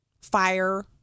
fire